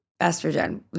Estrogen